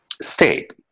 state